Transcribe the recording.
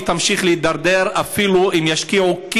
והיא תמשיך להידרדר אפילו אם ישקיעו,